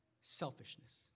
selfishness